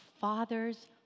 Father's